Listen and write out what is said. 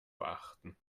beachten